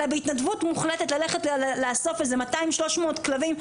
אלא בהתנדבות מוחלטת ללכת לאסוף איזה 200-300 כלבים,